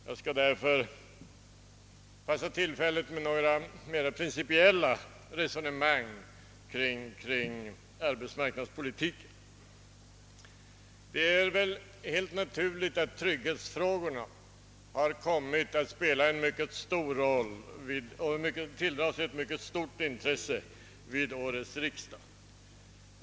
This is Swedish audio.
Jag skall alltså begagna detta tillfälle till att föra några mer principiella resonemang kring arbetsmarknadspolitiken. Det är helt naturligt att trygghetsfrågorna kommit att tilldra sig ett mycket stort intresse vid årets riksdag.